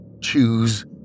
Choose